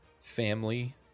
family